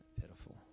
Pitiful